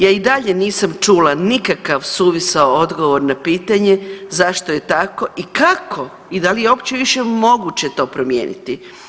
Ja i dalje nisam čula nikakav suvisao odgovor na pitanje zašto je tako i kako i da li je opće više moguće to promijeniti.